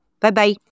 Bye-bye